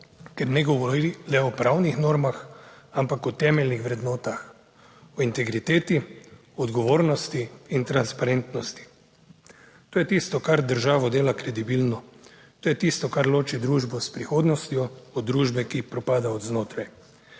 ker ne govori le o pravnih normah, ampak o temeljnih vrednotah, o integriteti, odgovornosti in transparentnosti. To je tisto, kar državo dela kredibilno, to je tisto, kar loči družbo s prihodnostjo od družbe, ki propada od znotraj.